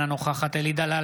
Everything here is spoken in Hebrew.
אינה נוכחת אלי דלל,